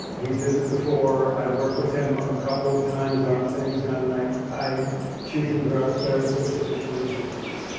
he did it before. i've worked with him a couple of times on things and i choose him for very specific reasons,